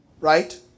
right